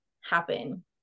happen